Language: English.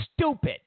stupid